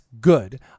good